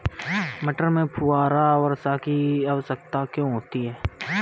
मटर में फुहारा वर्षा की आवश्यकता क्यो है?